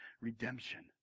Redemption